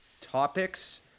topics